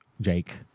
Jake